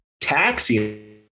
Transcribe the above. Taxi